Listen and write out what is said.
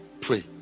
pray